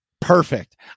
Perfect